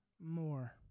more